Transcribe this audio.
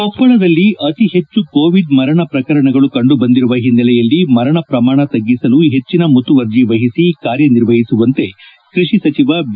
ಕೊಪ್ಪಳದಲ್ಲಿ ಅತಿ ಹೆಚ್ಚು ಕೋವಿಡ್ ಮರಣ ಪ್ರಕರಣಗಳು ಕಂಡುಬಂದಿರುವ ಹಿನ್ನೆಲೆಯಲ್ಲಿ ಮರಣ ಪ್ರಮಾಣ ತಗ್ಗಿಸಲು ಹೆಚ್ಚನ ಮುತುವರ್ಜಿ ವಹಿಸಿ ಕಾರ್ಯ ನಿರ್ವಹಿಸುವಂತೆ ಕೃಷಿ ಸಚಿವ ಬಿ